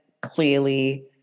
clearly